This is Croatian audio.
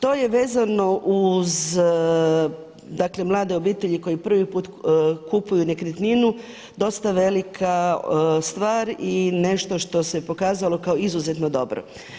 To je vezano uz, dakle mlade obitelji koje prvi put kupuju nekretninu dosta velika stvar i nešto što se pokazalo kao izuzetno dobro.